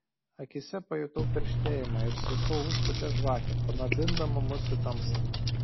akyse pajutau perštėjimą ir sesuo užpūtė žvakę panardindama mus į tamsą